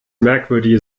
merkwürdige